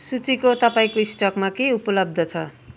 सूचीको तपाईँको स्टकमा के उपलब्ध छ